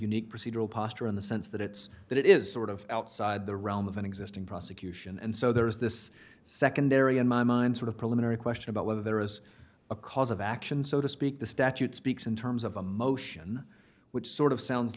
unique procedural posture in the sense that it's that it is sort of outside the realm of an existing prosecution and so there is this secondary in my mind sort of preliminary question about whether there is a cause of action so to speak the statute speaks in terms of a motion which sort of sounds